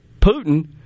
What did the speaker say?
Putin